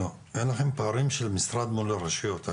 אין לכם פערים של משרד אל מול הרשויות.